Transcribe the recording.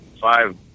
Five